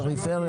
פריפריה,